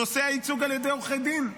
נושא הייצוג על ידי עורכי דין.